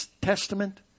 Testament